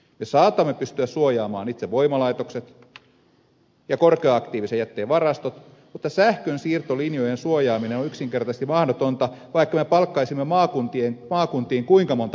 me saatamme pystyä suojaamaan itse voimalaitokset ja korkea aktiivisen jätteen varastot mutta sähkönsiirtolinjojen suojaaminen on yksinkertaisesti mahdotonta vaikka me palkkaisimme maakuntiin kuinka monta poliisia